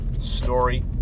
story